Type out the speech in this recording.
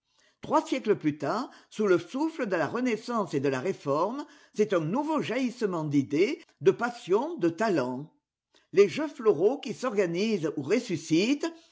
trois siècles plus tard sous le souflle de la renaissance et de la réforme c'est un nouveau jaillissement d'idées de passions de talents les jeux floraux qui s'organisent ou i ressuscitent